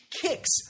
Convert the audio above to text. kicks